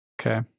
okay